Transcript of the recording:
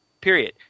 period